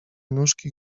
nóżki